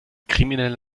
kriminelle